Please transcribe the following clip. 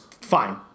Fine